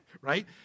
Right